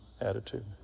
attitude